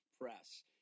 press